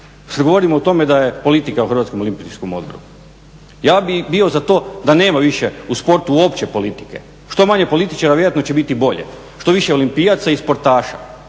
govorimo o tome da je politika u Hrvatskom olimpijskom odboru. Ja bih bio za to da nema više u sportu uopće politike, što manje političara vjerojatno će biti bolje, što više olimpijaca i sportaša.